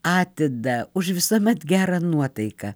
atidą už visuomet gerą nuotaiką